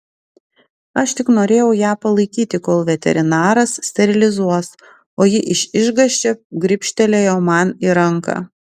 aš tik norėjau ją palaikyti kol veterinaras sterilizuos o ji iš išgąsčio gribštelėjo man į ranką